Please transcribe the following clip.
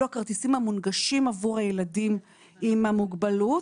אלו הכרטיסים המונגשים עבור הילדים עם המוגבלות,